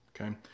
Okay